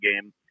game